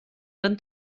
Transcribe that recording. van